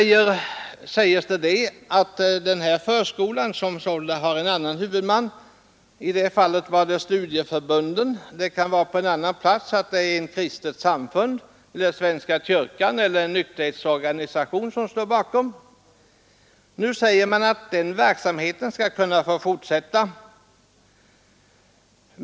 Nu sägs det att denna förskola, som sålunda har en annan huvudman än kommunen — i det här fallet var det studieförbunden, men på en annan plats kan det vara ett kristligt samfund, svenska kyrkan eller en nykterhetsorganisation — skall få bedrivas även i fortsättningen.